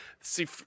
see